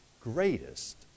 greatest